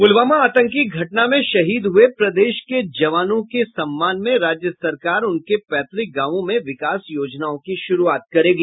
प्रलवामा आतंकी घटना में शहीद हये प्रदेश के जवानों के सम्मान में राज्य सरकार उनके पैतृक गांवों में विकास योजनाओं की शुरूआत करेगी